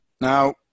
Now